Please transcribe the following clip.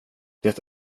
det